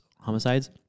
homicides